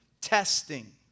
testing